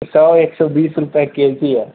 सौ एक सौ बीस रुपये के जी है